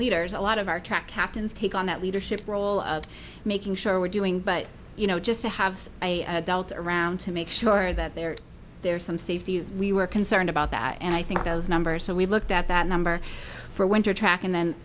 leaders a lot of our track captains take on that leadership role of making sure we're doing but you know just to have a adult around to make sure that there is there are some safety we were concerned about that and i think those numbers so we looked at that number for a winter track in then